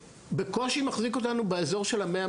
בקושי מחזיק אותנו באזור של ה-100,